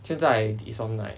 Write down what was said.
现在 it's on like